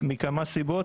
מכמה סיבות,